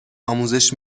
آموزش